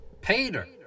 Peter